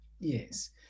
Yes